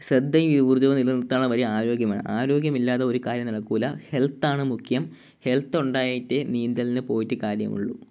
ശ്രദ്ധയും ഊർജവും നിലനിർത്താനുള്ള വഴി ആരോഗ്യമാണ് ആരോഗ്യമില്ലാതെ ഒരു കാര്യവും നടക്കില്ല ഹെൽത്താണ് മുഖ്യം ഹെൽത്ത് ഉണ്ടായിട്ടേ നീന്തലിന് പോയിട്ട് കാര്യമുള്ളൂ